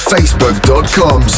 Facebook.com